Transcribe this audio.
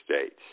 States